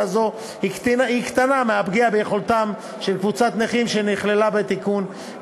זו קטנה מהפגיעה ביכולת של קבוצת הנכים שנכללה בתיקון,